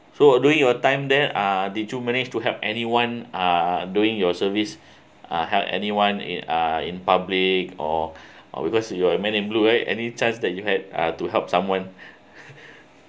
so during your time then uh did you manage to help anyone uh doing your service uh help anyone in uh in public or or because you are man in blue right any chance that you had uh to help someone